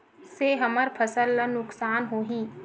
से हमर फसल ला नुकसान होही?